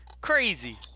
Crazy